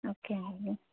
ఓకేనండి